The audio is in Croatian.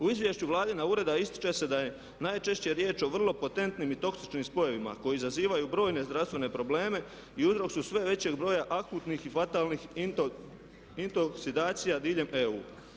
U izvješću Vladina ureda ističe se da je najčešće riječ o vrlo potentnim i toksičnim spojevima koji izazivaju brojne zdravstvene probleme i uzrok su sve većeg broja akutnih i fatalnih intoksikacija diljem EU.